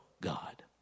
God